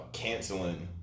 canceling